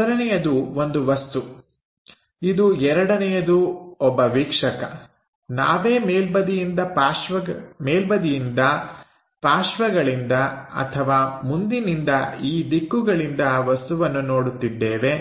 ಮೊದಲನೆಯದು ಒಂದು ವಸ್ತು ಇದು ಎರಡನೆಯದು ಒಬ್ಬ ವೀಕ್ಷಕ ನಾವೇ ಮೇಲ್ಬದಿಯಿಂದ ಪಾರ್ಶ್ವಗಳಿಂದ ಅಥವಾ ಮುಂದಿನಿಂದ ಈ ದಿಕ್ಕುಗಳಿಂದ ವಸ್ತುವನ್ನು ನೋಡುತ್ತಿದ್ದೇವೆ